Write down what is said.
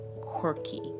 quirky